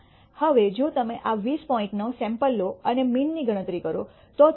હવે જો તમે આ 20 પોઇન્ટનો સેમ્પલ લો અને મીનની ગણતરી કરો તો તમને 69